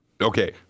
Okay